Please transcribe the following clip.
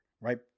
right